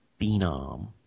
Phenom